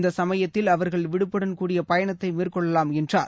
இந்தசமயத்தில் அவர்கள் விடுப்புடன் கூடிய பயணத்தைமேற்கொள்ளவாம் என்றார்